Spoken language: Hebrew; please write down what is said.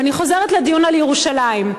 ואני חוזרת לדיון על ירושלים,